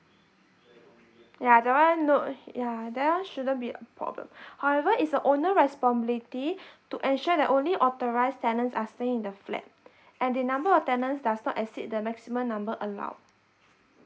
ya that one no ya that one shouldn't be a problem however it's the owner responsibility to ensure that only authorised tenants are staying in the flat and the number of tenants does not exceed the maximum number allowed